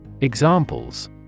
Examples